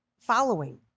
following